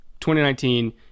2019